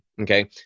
Okay